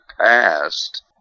past